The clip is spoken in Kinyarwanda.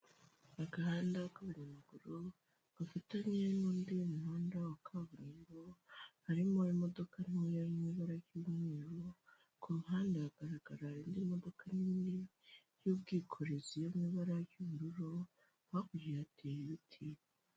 Agahanda k'abanyamaguru gafitanye n'undi muhanda wa kaburimbo harimo imodoka ntoya mu ibura ry'mweru kuruhandde haragaragara n'indi modoka nini y'ubwikorezi yo mu'ibara ry'ubururu hakurya hateye ibiti.